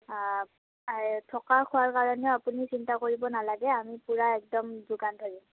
থকা খোৱাৰ কাৰণে আপুনি চিন্তা কৰিব নালাগে আমি পুৰা একদম যোগান ধৰিম